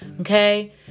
okay